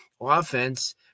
offense